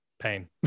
Pain